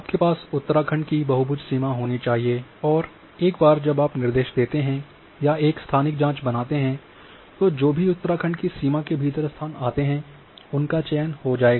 आपके पास उत्तराखंड की बहुभुज सीमा होनी चाहिए और एक बार जब आप निर्देश देते हैं या एक स्थानिक जाँच बनाते हैं तो जो भी उत्तराखंड की सीमा के भीतर स्थान आते है उनका चयन हो जायेगा